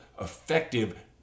effective